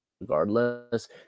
regardless